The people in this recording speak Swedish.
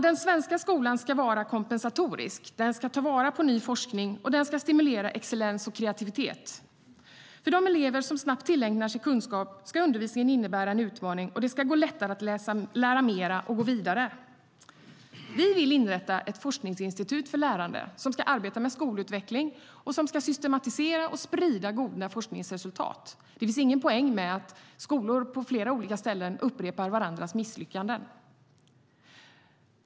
Den svenska skolan ska vara kompensatorisk, den ska ta vara på ny forskning och den ska stimulera excellens och kreativitet. För de elever som snabbt tillägnar sig kunskap ska undervisningen innebära en utmaning, och det ska gå lättare att lära mer och gå vidare. Vi vill inrätta ett forskningsinstitut för lärande som ska arbeta med skolutveckling samt systematisera och sprida goda forskningsresultat. Det finns ingen poäng med att skolor på flera olika ställen upprepar varandras misslyckanden.